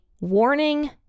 warning